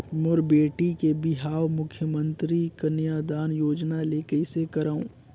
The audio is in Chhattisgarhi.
मोर बेटी के बिहाव मुख्यमंतरी कन्यादान योजना ले कइसे करव?